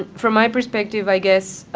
from my perspective, i guess,